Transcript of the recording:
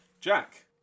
Jack